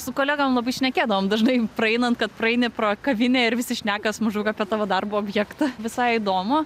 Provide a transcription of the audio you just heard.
su kolegom labai šnekėdavom dažnai praeinant kad praeini pro kavinę ir visi šnekas mažaug apie tavo darbo objektą visai įdomu